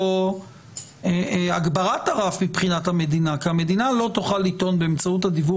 כאן הגברת הרף מבחינת המדינה כי המדינה לא תוכל לטעון באמצעות הדיוור